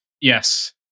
Yes